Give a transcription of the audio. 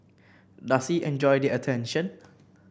does he enjoy the attention